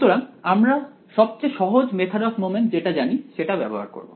সুতরাং আমরা সবচেয়ে সহজ মেথড অফ মমেন্টস যেটা জানি সেটা ব্যবহার করব